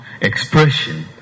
expression